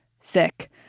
sick